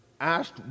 asked